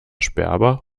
sperber